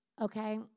okay